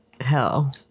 Hell